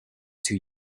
two